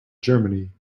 germany